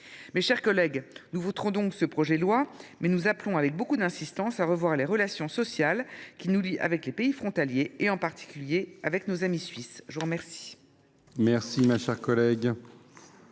de revenus. Notre groupe votera ce projet de loi, mais nous appelons avec beaucoup d’insistance à revoir les relations sociales qui nous lient avec les pays frontaliers, en particulier avec nos amis suisses. La parole